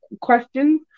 questions